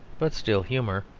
but still humour,